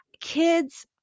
kids